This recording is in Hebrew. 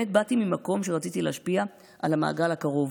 באמת באתי ממקום שרציתי להשפיע על המעגל הקרוב.